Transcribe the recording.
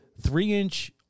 three-inch